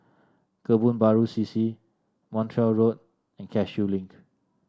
Kebun Baru C C Montreal Road and Cashew Link